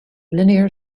linear